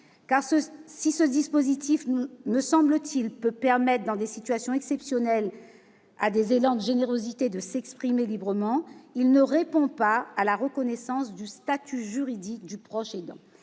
si le dispositif proposé peut permettre, dans des situations exceptionnelles, à des élans de générosité de s'exprimer librement, il n'assure pas la reconnaissance du statut juridique du proche aidant.